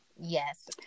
Yes